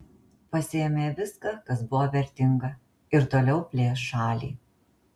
pasiėmė viską kas buvo vertinga ir toliau plėš šalį